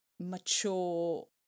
mature